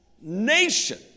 nation